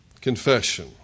confession